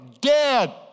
Dead